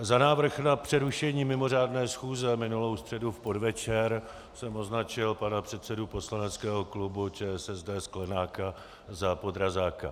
Za návrh na přerušení mimořádné schůze minulou středu v podvečer jsem označil pana předsedu poslaneckého klubu ČSSD Sklenáka za podrazáka.